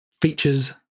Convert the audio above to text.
features